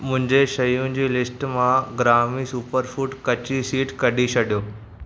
मुंहिंजी शयुनि जी लिस्टु मां ग्रामी सुपरफू़ड कची सिड कढी छॾियो